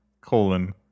colon